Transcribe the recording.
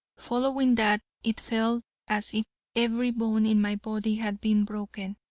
following that, it felt as if every bone in my body had been broken,